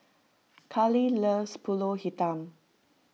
Kahlil loves Pulut Hitam